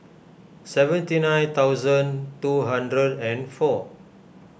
seventy nine thousand two hundred and four